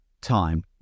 time